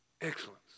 Excellence